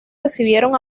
recibieron